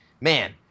man